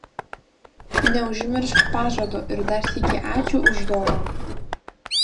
neužmiršk pažado ir dar sykį ačiū už dovaną